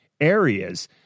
areas